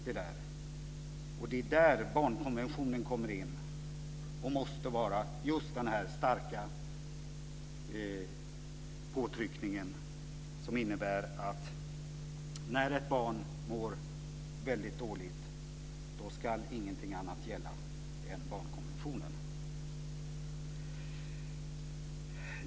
Det är där barnkonventionen kommer in och måste vara just en stark påtryckning som innebär att när ett barn mår väldigt dåligt ska ingenting annat gälla än barnkonventionen.